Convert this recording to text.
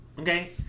okay